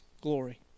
glory